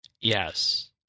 Yes